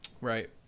Right